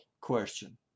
question